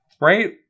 Right